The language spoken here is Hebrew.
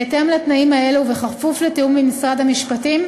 בהתאם לתנאים האלו ובכפוף לתיאום עם משרד המשפטים,